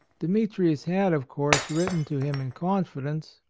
demetrius had, of course, written to him in confidence,